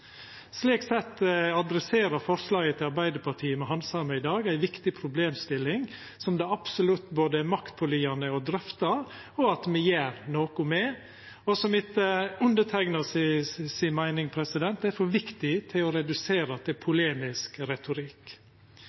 Slik sett tek forslaget frå Arbeidarpartiet som me handsamar i dag, opp ei viktig problemstilling som absolutt både er maktpåliggjande å drøfta og å gjera noko med, og som etter mi meining er for viktig til å redusera til polemisk retorikk.